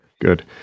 good